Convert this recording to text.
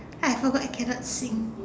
I forgot I cannot sing